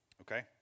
Okay